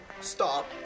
stop